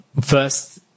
first